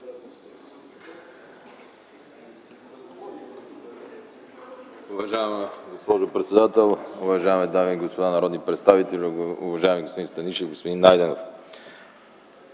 Уважаеми господин председател, уважаеми дами и господа народни представители, уважаеми господин Станишев, уважаеми господин Найденов!